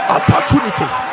Opportunities